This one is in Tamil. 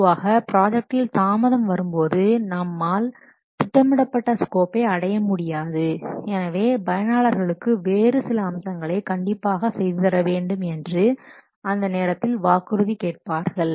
பொதுவாக ப்ராஜெக்டில் தாமதம் வரும்போது நாம் நம்மால் திட்டமிடப்பட்ட ஸ்கோப்பை அடைய முடியாது எனவே பயனாளர்கள்வேறு சில அம்சங்களை கண்டிப்பாக செய்து தர வேண்டும் என்று அந்த நேரத்தில் வாக்குறுதி கேட்பார்கள்